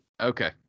okay